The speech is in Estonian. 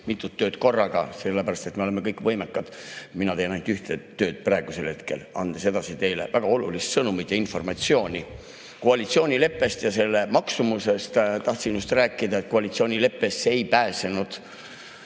mitut tööd korraga. Me oleme kõik võimekad. Mina teen ainult ühte tööd praegusel hetkel, andes teile edasi väga olulist sõnumit ja informatsiooni koalitsioonileppest ja selle maksumusest. Tahtsin rääkida, et koalitsioonileppesse ei pääsenud